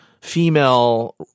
female